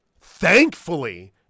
thankfully